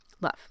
love